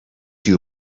you